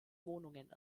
wohnungen